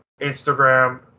Instagram